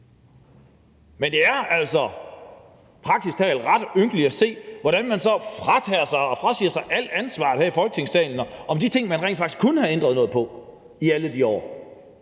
Men det er altså praktisk talt ret ynkeligt at se, hvordan man så frabeder sig og frasiger sig alt ansvaret her i Folketingssalen for de ting, man rent faktisk kunne have ændret noget på i alle de år,